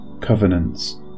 covenants